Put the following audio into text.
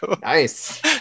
Nice